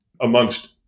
amongst